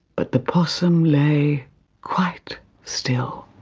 but the possum lay quite still.